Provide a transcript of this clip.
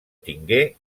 tingué